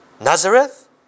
Nazareth